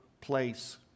place